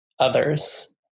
others